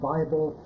Bible